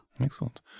Excellent